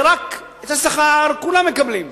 את השכר כולם מקבלים,